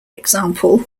example